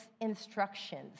instructions